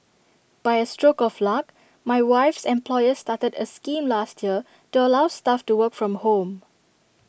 by A stroke of luck my wife's employer started A scheme last year to allow staff to work from home